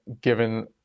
given